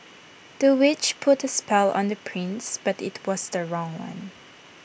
the witch put A spell on the prince but IT was the wrong one